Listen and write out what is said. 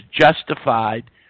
justified